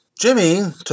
Jimmy